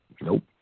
Nope